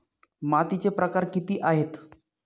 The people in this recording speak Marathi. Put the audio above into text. मातीचे प्रकार किती आहेत?